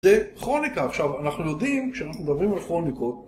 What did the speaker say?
זה כרוניקה, עכשיו, אנחנו יודעים, כשאנחנו מדברים על כרוניקות,